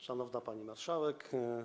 Szanowna Pani Marszałek!